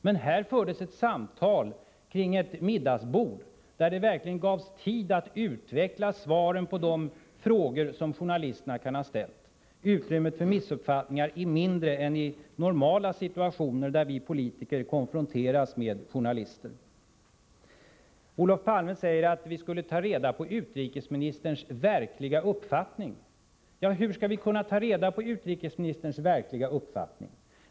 Men här fördes ett samtal kring ett middagsbord, där det verkligen gavs tid att utveckla svaren på de frågor som journalisterna kan ha ställt. Utrymmet för missuppfattningar är mindre än i de situationer där vi politiker normalt konfronteras med journalister. Olof Palme säger att vi borde ta reda på utrikesministerns verkliga uppfattning. Hur skall vi kunna ta reda på den?